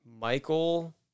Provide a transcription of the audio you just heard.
Michael